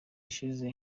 ishize